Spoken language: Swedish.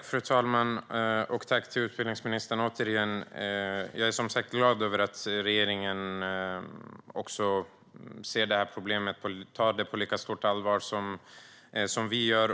Fru talman! Jag vill återigen tacka utbildningsministern. Jag är som sagt glad över att regeringen ser problemet och tar det på lika stort allvar som vi.